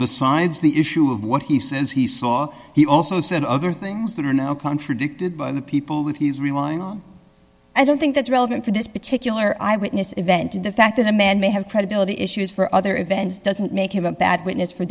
besides the issue of what he says he saw he also said other things that are now contradicted by the people that he is relying on i don't think that's relevant for this particular eyewitness event and the fact that a man may have credibility issues for other events doesn't make him a bad witness for